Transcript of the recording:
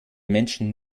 menschen